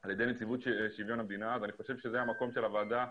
על ידי נציבות שירות המדינה אני חושב שזה המקום שהוועדה